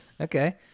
Okay